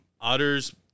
otters